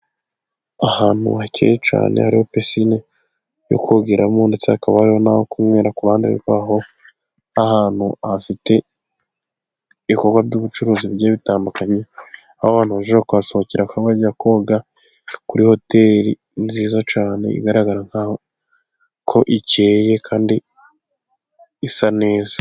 Ahantu hakeye cyane, hari pisine yo kogeramo, ndetse hakaba hari naho kunywera Ku ruhande rwaho, n'ahantu hafite ibikorwa by'ubucuruzi bigiye bitandukanye, aho abantu bajya, bajya kuhasohokera, bakaba bamenya koga kuri hoteli nziza cyane, igaragara nk’aho ikeye kandi isa neza.